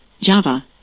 Java